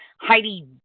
Heidi